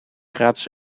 gratis